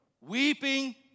Weeping